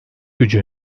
gücü